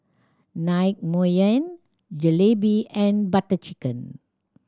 Naengmyeon Jalebi and Butter Chicken